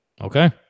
Okay